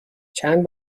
چند